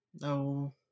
No